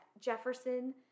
Jefferson